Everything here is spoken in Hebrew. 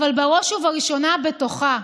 אבל בראש ובראשונה בתוכה.